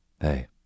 Hey